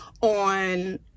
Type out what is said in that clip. on